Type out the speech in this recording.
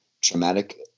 traumatic